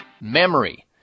Memory